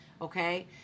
Okay